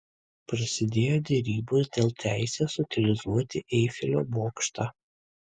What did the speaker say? prasidėjo derybos dėl teisės utilizuoti eifelio bokštą